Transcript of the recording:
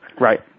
Right